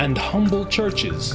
and churches